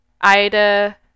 Ida